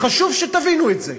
וחשוב שתבינו את זה,